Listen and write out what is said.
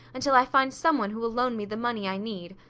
until i find someone who will loan me the money i need.